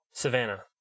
Savannah